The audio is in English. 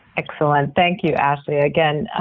excellent, thank you, ashley. again,